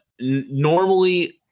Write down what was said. normally